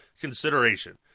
consideration